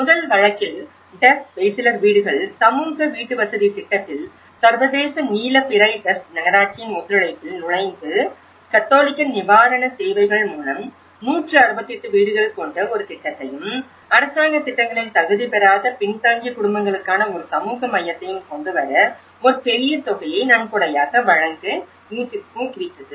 முதல் வழக்கில் டஸ் பெய்சிலர் வீடுகள் சமூக வீட்டுவசதி திட்டத்தில் சர்வதேச நீல பிறை டஸ் நகராட்சியின் ஒத்துழைப்பில் நுழைந்து கத்தோலிக்க நிவாரண சேவைகள் மூலம் 168 வீடுகள் கொண்ட ஒரு திட்டத்தையும் அரசாங்க திட்டங்களில் தகுதி பெறாத பின்தங்கிய குடும்பங்களுக்கான ஒரு சமூக மையத்தையும் கொண்டுவர ஒரு பெரிய தொகையை நன்கொடையாக வழங்க ஊக்குவித்தது